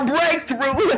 Breakthrough